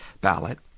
ballot